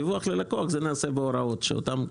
דיווח ללקוח זה נעשה בהוראות שאותן,